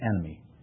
enemy